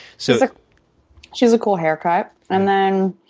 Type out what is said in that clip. so she has a cool haircut. and then